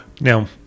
Now